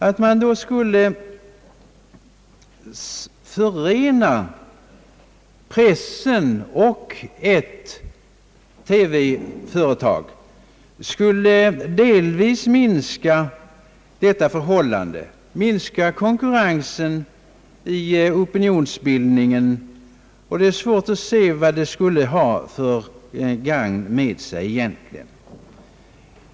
Att förena pressen och ett TV-företag skulle försvaga detta förhållande, minska konkurrensen i opinionsbildningen. Det är svårt att se vad detta egentligen skulle ha för gagn med sig.